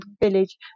village